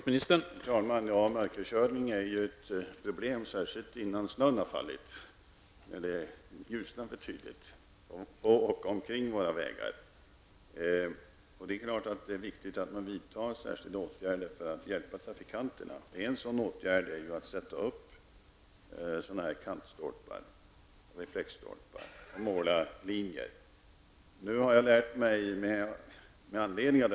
Herr talman! Mörkerkörning är ett problem, särskilt innan snön har fallit och det ljusnar betydligt omkring våra vägar. Det är självfallet viktigt att man vidtar särskilda åtgärder för att hjälpa trafikanterna. En sådan åtgärd är att sätta upp kantstolpar med reflexer och måla reflexlinjer.